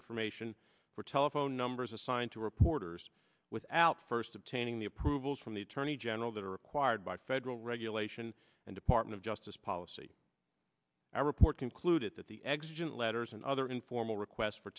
information for telephone numbers assigned to reporters without first obtaining the approvals from the attorney general that are required by federal regulation and department of justice policy a report concluded that the existence letters and other informal requests for